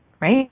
Right